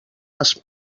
les